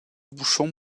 bouchon